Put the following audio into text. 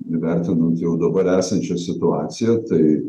vertinant jau dabar esančią situaciją tai